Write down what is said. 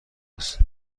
است